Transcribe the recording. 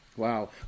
Wow